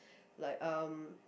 like um